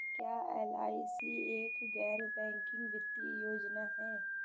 क्या एल.आई.सी एक गैर बैंकिंग वित्तीय योजना है?